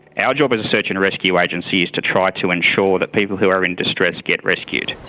our job as a search and rescue agency is to try to ensure that people who are in distress get rescued.